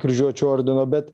kryžiuočių ordino bet